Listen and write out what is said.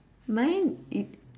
mine it